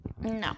No